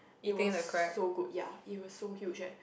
it was so good ya it was so huge eh